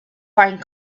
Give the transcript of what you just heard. find